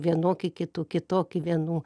vienokie kitų kitokie vienų